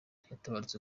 yaratabarutse